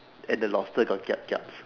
and the lobster got kiap kiap